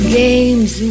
games